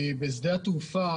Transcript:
בשדה התעופה,